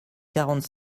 quarante